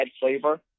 flavor